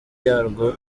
yarwo